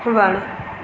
वणु